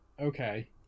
okay